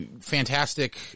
fantastic